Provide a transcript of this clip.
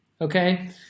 okay